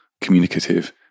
communicative